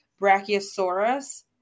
brachiosaurus